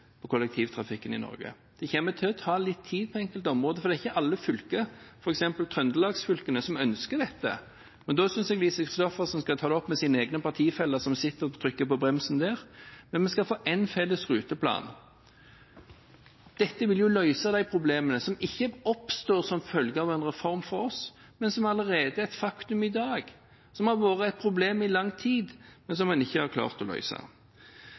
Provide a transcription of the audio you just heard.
på kollektivtrafikken i Norge. Det kommer til å ta litt tid på enkelte områder, for det er ikke alle fylker som ønsker dette, f.eks. Trøndelagsfylkene, men da synes jeg Lise Christoffersen skal ta opp dette med sine egne partifeller som sitter og bremser der. Men vi skal få én felles ruteplan. Dette vil løse de problemene som ikke oppstår som følge av en reform fra oss, men som allerede er et faktum i dag, som har vært et problem i lang tid, men som en ikke har klart å